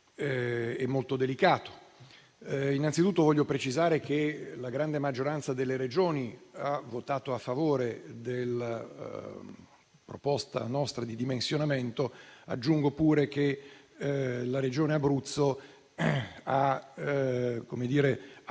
e molto delicato. Innanzitutto desidero precisare che la grande maggioranza delle Regioni ha votato a favore della nostra proposta dimensionamento; aggiungo peraltro che la regione Abruzzo ha